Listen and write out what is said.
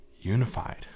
unified